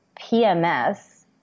PMS